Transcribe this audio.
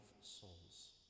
souls